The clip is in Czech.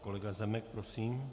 Kolega Zemek, prosím.